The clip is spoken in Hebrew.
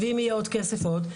ואם יהיה עוד כסף עוד,